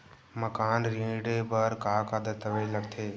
मकान ऋण बर का का दस्तावेज लगथे?